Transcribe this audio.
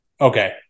okay